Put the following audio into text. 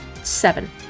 Seven